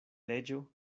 leĝo